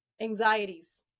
Anxieties